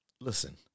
listen